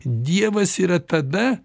dievas yra tada